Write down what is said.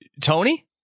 Tony